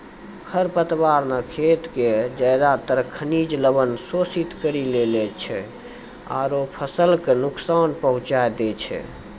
खर पतवार न खेत के ज्यादातर खनिज लवण शोषित करी लै छै आरो फसल कॅ नुकसान पहुँचाय दै छै